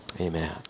Amen